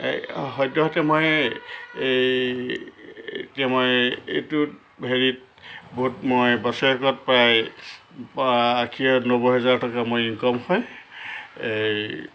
এই সদ্যহতে মই এই এতিয়া মই এইটোত হেৰিত বহুত মই বছৰেকত প্ৰায় আশী নব্বৈ হেজাৰ টকা মই ইনকম হয়